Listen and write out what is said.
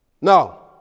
Now